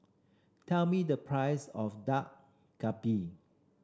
tell me the price of Dak Galbi